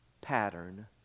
pattern